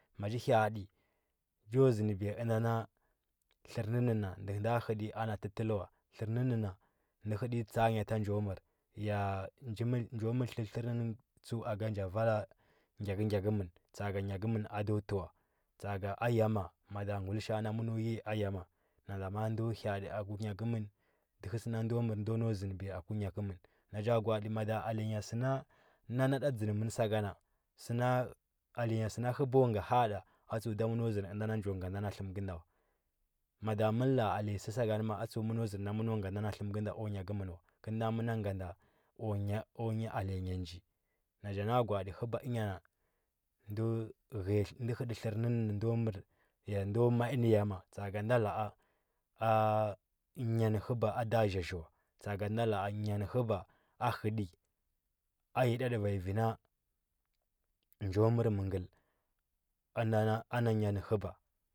Macha hya’atə, cho zəndiliya ənda tlər na a nja hetə nyi na tələ wa tsa. a nya ta njo məra tlər tlər n inga ni tsəu a ga nja vala gyakə gyakəmən ta. aka nyakəma ən a do təwa tsa. aka ayama mada gulishia na məno yiya a yama nada ma ndo ha. atə aku nya kemən, dəhə sə no nɗo nau məra nɗo nau zənəbiya aku nya kəmən na cha gwa, atv maɗa aly anya səna ada dzən mən sakana alyanya səna həba ga ha. ada a tsəu da məno zənə biya nda na tləm kənda wa mada mana la. a aly nya sə sakana tsəu məno zəndi ənda njo ga ndɗa na tlənn kən da ku nya kəmə wa kəl nda mə na ga ku nya alynya nji na cha nga ga. atə həba ənyana ndo hətə tlər nan ɗo mai nə yan tsa. aka nɗa la, a a nya nə həb aɗa zhazhi wa aka nɗa ny n həba a həti a yi ta lə va nya vi nan jo mər məngəl an a nya nə həba.